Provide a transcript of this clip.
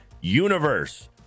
universe